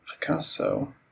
Picasso